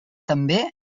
també